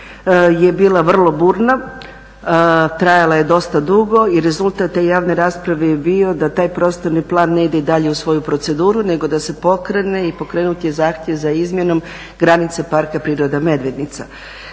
je bila vrlo burna, trajala je dosta dugo i rezultat te javne rasprave je bio da taj prostorni plan ne ide dalje u svoju proceduru nego da se pokrene i pokrenut je zahtjev za izmjenom granice Parka prirode Medvednica.